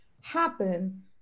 happen